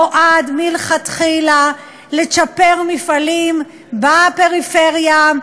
נועדו מלכתחילה לצ'פר מפעלים בפריפריה,